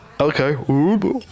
okay